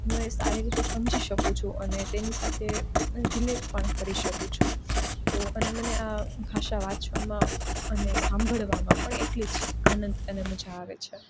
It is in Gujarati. હું એ સારી રીતે સમજી શકું છું અને તેની સાથે રીલેટ પણ કરી શકું છું તો અને મને આ ભાષા વાંચવામાં અને સાંભળવામાં પણ એટલી જ આનંદ અને મજા આવે છે